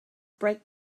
break